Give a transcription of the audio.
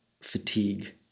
fatigue